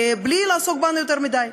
בלי לעסוק בנו יותר מדי.